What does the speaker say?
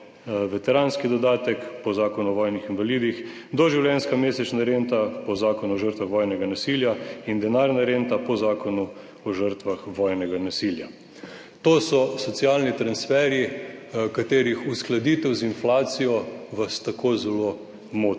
veteranski dodatek po Zakonu o vojnih invalidih, doživljenjska mesečna renta po Zakonu o žrtvah vojnega nasilja in denarna renta po Zakonu o žrtvah vojnega nasilja. To so socialni transferji, katerih uskladitev z inflacijo vas tako zelo moti.